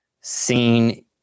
seen